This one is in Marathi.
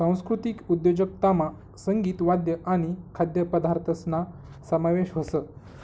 सांस्कृतिक उद्योजकतामा संगीत, वाद्य आणि खाद्यपदार्थसना समावेश व्हस